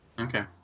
Okay